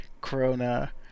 corona